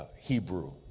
Hebrew